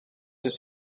oes